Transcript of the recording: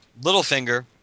Littlefinger